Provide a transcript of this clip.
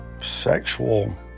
sexual